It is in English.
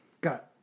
Got